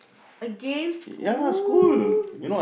against school